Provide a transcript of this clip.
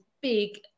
big